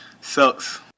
sucks